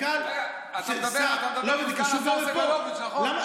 שמנכ"ל, רגע, אתה מדבר עם סגן השר סגלוביץ', נכון?